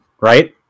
Right